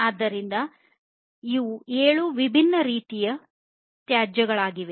ಆದ್ದರಿಂದ ಇವು ಏಳು ವಿಭಿನ್ನ ರೀತಿಯ ತ್ಯಾಜ್ಯಗಳಾಗಿವೆ